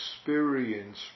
experience